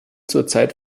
zurzeit